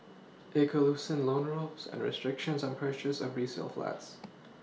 it could loosen loan rules and restrictions on purchase of resale flats